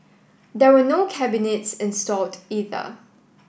there were no cabinets installed either